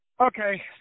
Okay